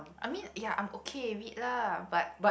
I mean ya I'm okay with it lah but